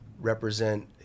represent